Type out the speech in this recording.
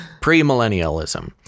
Pre-millennialism